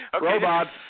Robots